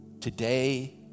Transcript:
today